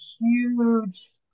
huge